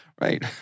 Right